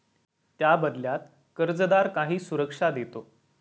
त्या बदल्यात कर्जदार काही सुरक्षा देतो